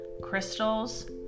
crystals